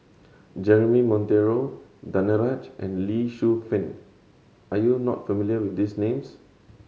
Jeremy Monteiro Danaraj and Lee Shu Fen are you not familiar with these names